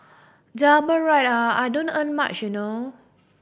double ride ah I don't earn much you know